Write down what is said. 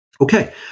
Okay